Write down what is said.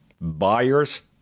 buyers